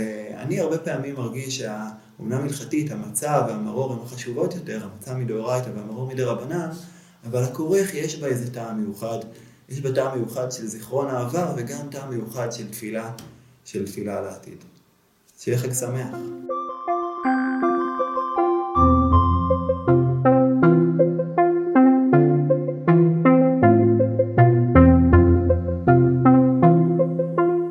אני הרבה פעמים מרגיש שהאמנם הלכתית, המצה והמרור הן החשובות יותר, המצאה מדאוריתא והמרור מדירבנן, אבל הכורך יש בה איזה טעם מיוחד, יש בה טעם מיוחד של זיכרון העבר וגם טעם מיוחד של תפילה, של תפילה לעתיד. שיהיה חג שמח!